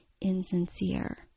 insincere